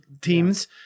teams